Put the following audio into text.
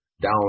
down